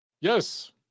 Yes